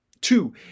two